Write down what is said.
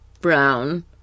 brown